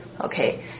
Okay